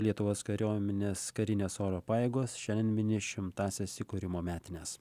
lietuvos kariuomenės karinės oro pajėgos šiandien mini šimtąsias įkūrimo metines